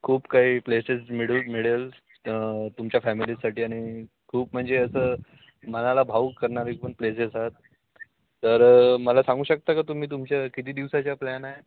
खूप काही प्लेसेस मिळू मिळेल तुमच्या फॅमिलीसाठी आणि खूप म्हणजे असं मनाला भावूक करणारे पण प्लेसेस आहेत तर मला सांगू शकता का तुम्ही तुमच्या किती दिवसाच्या प्लॅन आहे